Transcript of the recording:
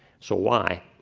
so, why?